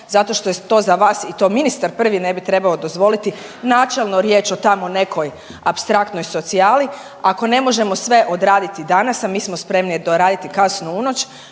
zato što je to za vas i to ministar prvi ne bi trebao dozvoliti načelno riječ o tamo nekoj apstraktnoj socijali, ako ne možemo sve odraditi danas, a mi smo spremi do raditi kasno u noć,